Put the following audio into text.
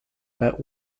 but